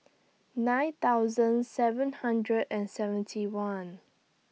nine thousand seven hundred and seventy one